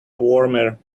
warmer